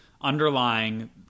underlying